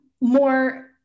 more